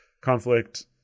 conflict